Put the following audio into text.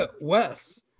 Wes